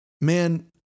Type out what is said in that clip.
man